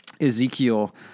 Ezekiel